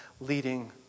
leading